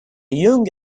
young